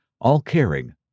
all-caring